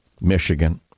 Michigan